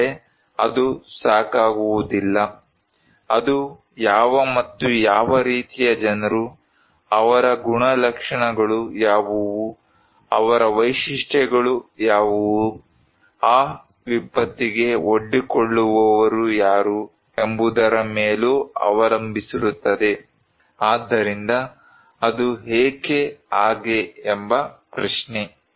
ಆದರೆ ಅದು ಸಾಕಾಗುವುದಿಲ್ಲ ಅದು ಯಾವ ಮತ್ತು ಯಾವ ರೀತಿಯ ಜನರು ಅವರ ಗುಣಲಕ್ಷಣಗಳು ಯಾವುವು ಅವರ ವೈಶಿಷ್ಟ್ಯಗಳು ಯಾವುವು ಆ ವಿಪತ್ತಿಗೆ ಒಡ್ಡಿಕೊಳ್ಳುವವರು ಯಾರು ಎಂಬುದರ ಮೇಲೂ ಅವಲಂಬಿಸಿರುತ್ತದೆ ಆದ್ದರಿಂದ ವಿಪತ್ತನ್ನು ವ್ಯಾಖ್ಯಾನಿಸಲು ಆದ್ದರಿಂದ ಅದು ಏಕೆ ಹಾಗೆ ಎಂಬ ಪ್ರಶ್ನೆ